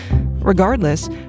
Regardless